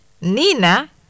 Nina